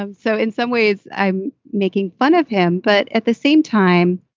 um so in some ways i'm making fun of him. but at the same time,